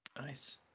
nice